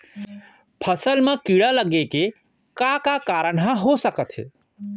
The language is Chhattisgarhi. फसल म कीड़ा लगे के का का कारण ह हो सकथे?